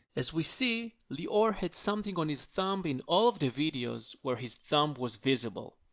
as we see, lior had something on his thumb in all of the videos where his thumb was visible.